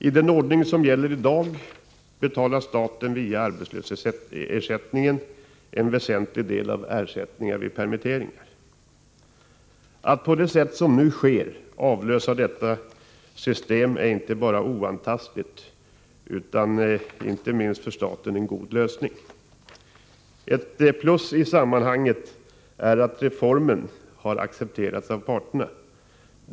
I den ordning som gäller i dag betalar staten via arbetslöshetsersättningen en väsentlig del av ersättningar vid permitteringar. Att på det sätt som nu sker avlösa detta system är inte bara oantastligt, utan det är en god lösning — inte minst för staten. Ett plus i sammanhanget är att reformen har accepterats av parterna.